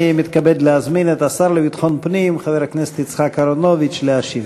אני מתכבד להזמין את השר לביטחון פנים חבר הכנסת יצחק אהרונוביץ להשיב.